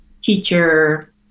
teacher